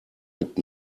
mit